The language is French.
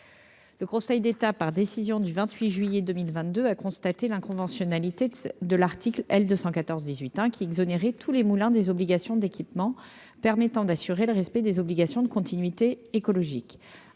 le Conseil d'État, par décision du 28 juillet 2022, a constaté l'un conventionnel IT de l'article L 214 18 hein qui exonérer tous les moulins des obligations d'équipements permettant d'assurer le respect des obligations de continuité écologique